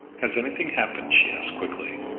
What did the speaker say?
has anything happened? she asked quickly.